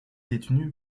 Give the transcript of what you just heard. détenu